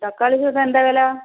തക്കാളിക്കൊക്കെ എന്താ വില